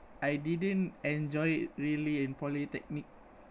I didn't enjoy it really in polytechnic